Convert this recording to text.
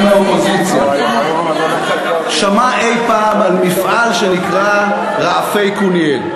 מהאופוזיציה שמע אי-פעם על מפעל שנקרא "רעפי קוניאל".